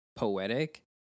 Poetic